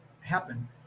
happen